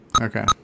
Okay